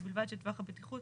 ובלבד שטווח הבטיחות